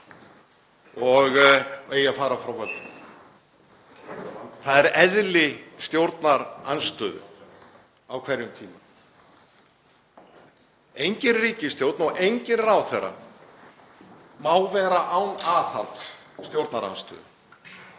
og eigi að fara frá völdum. Það er eðli stjórnarandstöðu á hverjum tíma. Engin ríkisstjórn og enginn ráðherra má vera án aðhalds stjórnarandstöðu.